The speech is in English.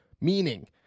meaning